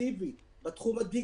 לייצר כלכלה מאסיבית בתחום הדיגיטל,